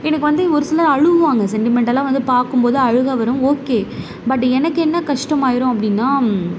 எனக்கு வந்து ஒரு சிலர் அழுவாங்க செண்டிமெண்டலாக வந்து பார்க்கும்போது அழுகை வரும் ஓகே பட் எனக்கு என்ன கஷ்டமாகிரும் அப்படினா